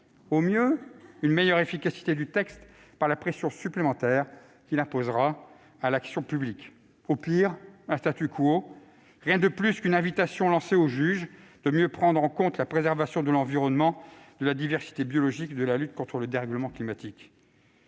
Au mieux, une meilleure efficacité du texte par la pression supplémentaire qu'il imposera à l'action publique. Au pire, un ; rien de plus qu'une invitation lancée au juge de mieux prendre en considération la préservation de l'environnement, de la diversité biologique et de la lutte contre le dérèglement climatique.